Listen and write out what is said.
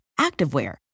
activewear